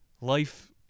Life